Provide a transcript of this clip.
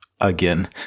again